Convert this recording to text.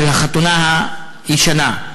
של החתונה הישנה.